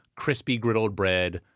crispy griddled bread,